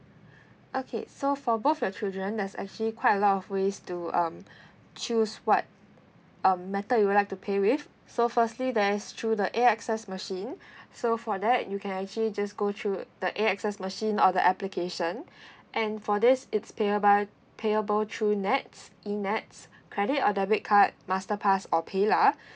okay so for both your children there's actually quite a lot of ways to um choose what um method you would like to pay with so firstly there is through the A_X_S machine so for that you can actually just go through the A_X_S machine or the application and for this its payable payable through nets eNETs credit or debit card master pass or paylah